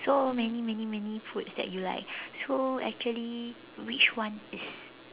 so many many many foods that you like so actually which one is